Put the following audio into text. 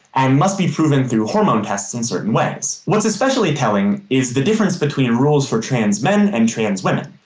and must be proven through hormone tests in certain ways. what's especially telling is the difference between rules for trans men and for trans women,